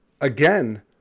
again